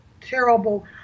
terrible